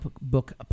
book